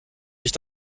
sich